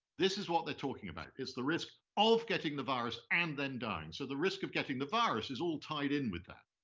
this is what they're talking about. it's the risk of getting the virus and then dying. so the risk of getting the virus is all tied in with that.